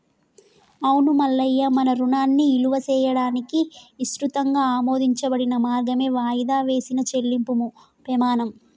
అవును మల్లయ్య మన రుణాన్ని ఇలువ చేయడానికి ఇసృతంగా ఆమోదించబడిన మార్గమే వాయిదా వేసిన చెల్లింపుము పెమాణం